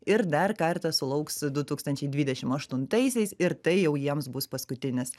ir dar kartą sulauks du tūkstančiai dvidešimt aštuntaisiais ir tai jau jiems bus paskutinis